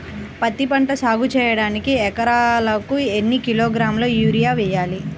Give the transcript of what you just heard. పత్తిపంట సాగు చేయడానికి ఎకరాలకు ఎన్ని కిలోగ్రాముల యూరియా వేయాలి?